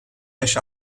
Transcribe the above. yaş